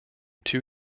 two